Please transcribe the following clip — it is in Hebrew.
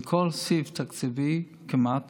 לכל סעיף תקציבי כמעט